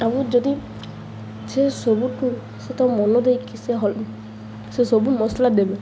ଆଉ ଯଦି ସେ ସବୁକୁ ସେ ତ ମନ ଦେଇକି ସେ ସେ ସବୁ ମସଲା ଦେବେ